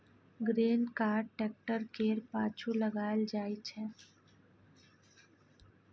grain cart tractor केर पाछु लगाएल जाइ छै